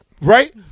right